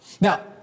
Now